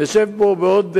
נשב פה בעוד,